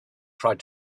tried